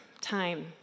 time